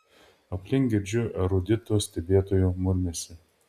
aplink girdžiu eruditų stebėtojų murmesį